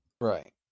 Right